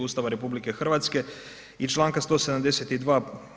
Ustava RH i Članka 172.